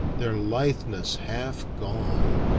their litheness half gone.